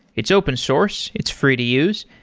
it's open source. it's free to use,